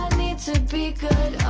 need to be good